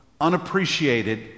unappreciated